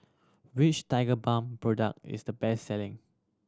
which Tigerbalm product is the best selling